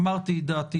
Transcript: אמרתי את דעתי.